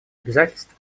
обязательств